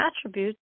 attributes